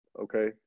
Okay